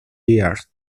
years